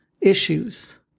issues